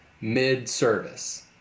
mid-service